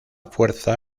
fuerza